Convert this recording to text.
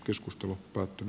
keskusteluoppaat v